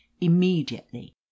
immediately